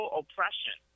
oppression